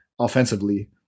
offensively